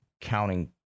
counting